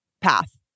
path